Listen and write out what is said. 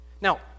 Now